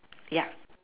yeah